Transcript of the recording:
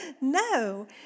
No